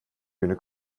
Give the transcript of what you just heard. günü